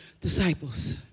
disciples